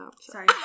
Sorry